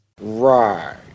right